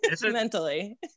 mentally